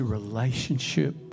relationship